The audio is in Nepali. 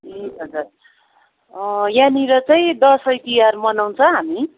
ए हजुर यहाँनिर चाहिँ दसैँ तिहार मनाउँछ हामी